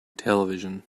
television